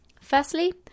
Firstly